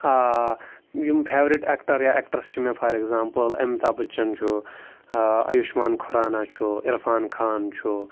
یِم favourite actor یا actress چھِ مےٚ فار اٮ۪کزامپٕل امیتاب بَچَن چھُ ایوٗشمان کھُرانا چھُ عرفان خان چھُ